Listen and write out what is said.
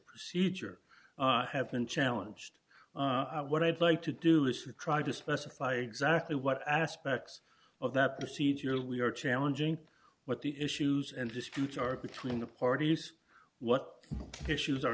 procedure have been challenged what i'd like to do is to try to specify exactly what aspects of that procedurally are challenging what the issues and disputes are between the parties what issues are